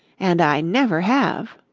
and i never have.